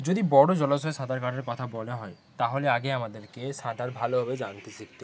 যদি বড়ো জলাশয়ে সাঁতার কাটার কথা বলা হয় তাহলে আগে আমাদেরকে সাঁতার ভালোভাবে জানতে শিখতে হবে